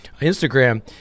Instagram